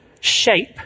shape